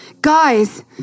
Guys